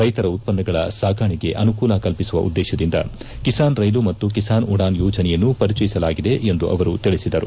ರೈತರ ಉತ್ಪನ್ನಗಳ ಸಾಗಾಣೆಗೆ ಅನುಕೂಲ ಕಲ್ಪಿಸುವ ಉದ್ದೇಶದಿಂದ ಕಿಸಾನ್ ರೈಲು ಮತ್ತು ಕಿಸಾನ್ ಉಡಾನ್ ಯೋಜನೆಯನ್ನು ಪರಿಚಯಿಸಲಾಗಿದೆ ಎಂದು ಅವರು ತಿಳಿಸಿದರು